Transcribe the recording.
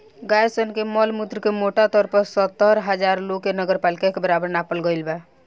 गाय सन के मल मूत्र के मोटा तौर पर सत्तर हजार लोग के नगरपालिका के बराबर नापल गईल बा